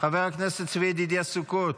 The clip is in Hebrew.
חבר הכנסת צבי ידידיה סוכות,